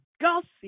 gossip